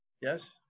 yes